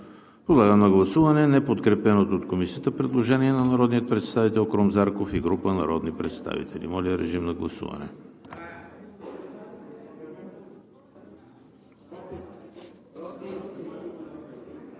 Подлагам на гласуване неподкрепеното от Комисията предложение на народния представител Антон Кутев и група народни представители. Гласували